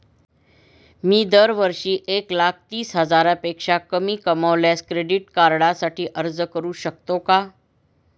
मी दरवर्षी एक लाख तीस हजारापेक्षा कमी कमावल्यास क्रेडिट कार्डसाठी अर्ज करू शकतो का?